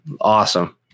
Awesome